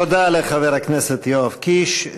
תודה לחבר הכנסת יואב קיש.